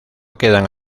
quedan